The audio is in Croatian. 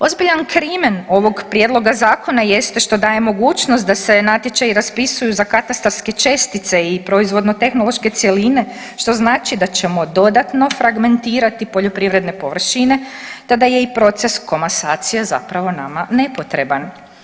Ozbiljan krimen ovog prijedloga zakona jeste što daje mogućnost da se natječaji raspisuju za katastarske čestice i proizvodno tehnološke cjeline što znači da ćemo dodatno fragmentirati poljoprivredne površine, tada je i proces komasacije zapravo nama nepotreban.